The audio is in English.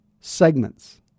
segments